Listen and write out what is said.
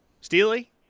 Steely